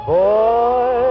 boy